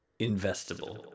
investable